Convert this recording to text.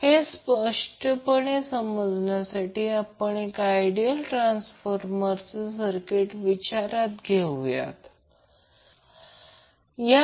तर हा करंट व्होल्टेजला 90°ने लीड करत आहे यामधून आपण ते सहजपणे काढू शकतो